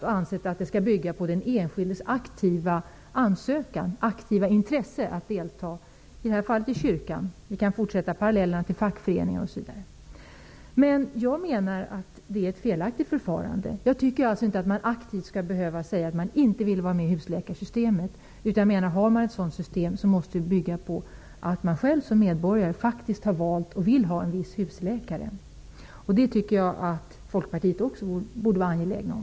Vi har ansett att ett medlemskap skall bygga på den enskildes aktiva ansökan om och intresse av att delta i kyrkan. Vi kan också dra paralleller till fackföreningar. Jag menar att det är ett felaktigt förfarande. Jag tycker inte att man aktivt skall behöva säga att man inte vill vara med i husläkarsystemet. Om det skall finnas ett sådant system måste det bygga på att man som medborgare faktiskt har valt och vill ha en viss husläkare. Det tycker jag att Folkpartiet också borde vara angeläget om.